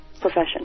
profession